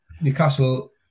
Newcastle